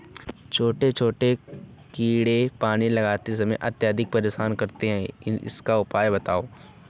छोटे छोटे कीड़े पानी लगाने में अत्याधिक परेशान करते हैं इनका उपाय बताएं?